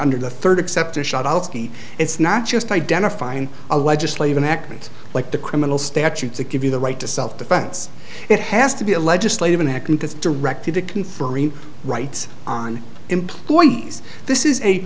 under the third except to shout out it's not just identifying a legislative an act like the criminal statutes that give you the right to self defense it has to be a legislative in hackney that's directed to confer rights on employees this is a